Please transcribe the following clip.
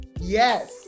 Yes